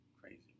crazy